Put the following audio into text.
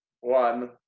one